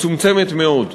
מצומצמת מאוד.